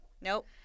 Nope